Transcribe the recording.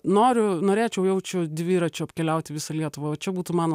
noriu norėčiau jaučiu dviračiu apkeliauti visą lietuvą va čia būtų mano